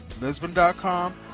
Lisbon.com